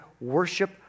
worship